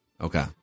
Okay